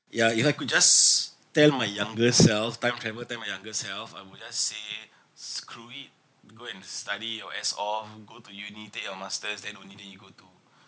ya if I could just tell my younger self time travel tell my younger self I would just say screw it go and study your ass off go to uni take your masters then only then you go to